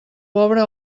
pobre